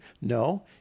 No